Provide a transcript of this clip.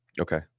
Okay